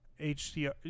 HDR